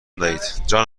دهید